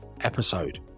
episode